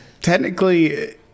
technically